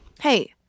Hey